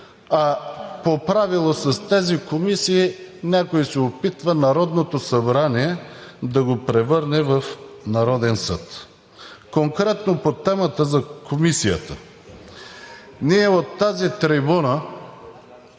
А по правило с тези комисии някой се опитва да превърне Народното събрание в Народен съд. Конкретно по темата за комисията. Ние от тази трибуна